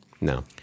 No